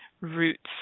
roots